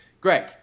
Greg